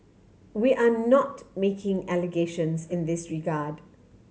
we are not making allegations in this regard